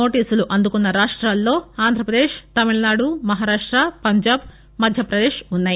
నోటీసులు అందుకున్న రాష్టాలలో ఆంధ్రావదేశ్ తమిళనాడు మహారాష్ట వంజాబ్ మధ్యప్రదేశ్లున్నాయి